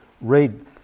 read